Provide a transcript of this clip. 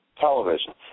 television